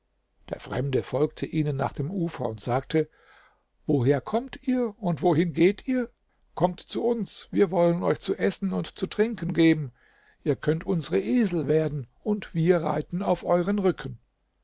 der fremde folgte ihnen nach dem ufer und sagte woher kommt ihr und wohin geht ihr kommt zu uns wir wollen euch zu essen und zu trinken geben ihr könnt unsere esel werden und wir reiten auf euren rücken